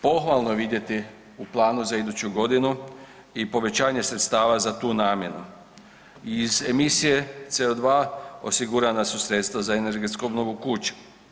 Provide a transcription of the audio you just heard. Pohvalno je vidjeti u planu za iduću godinu i povećanje sredstava za tu namjenu i iz emisije CO2 osigurana su sredstva za energetsku obnovu kuća.